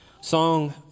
song